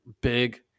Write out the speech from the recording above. big